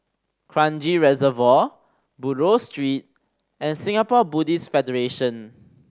Kranji Reservoir Buroh Street and Singapore Buddhist Federation